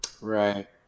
Right